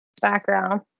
background